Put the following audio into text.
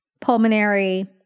pulmonary